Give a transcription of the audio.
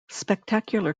spectacular